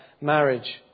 marriage